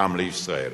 גם לישראל.